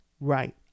Right